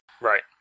Right